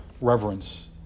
reverence